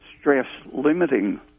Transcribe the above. stress-limiting